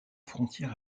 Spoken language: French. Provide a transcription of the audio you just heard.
frontière